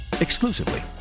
Exclusively